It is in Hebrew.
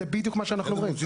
זה בדיוק מה שאנחנו אומרים.